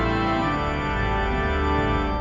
and